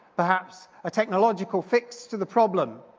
perhaps a technological fix to the problem.